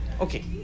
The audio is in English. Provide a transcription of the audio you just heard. okay